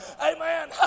Amen